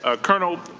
ah colonel,